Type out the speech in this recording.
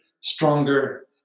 stronger